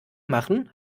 machen